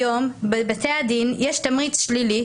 היום בבתי הדין יש תמריץ שלילי,